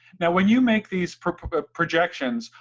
now when you make these projections,